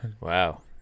Wow